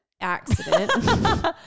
accident